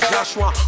Joshua